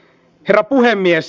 herra puhemies